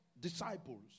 disciples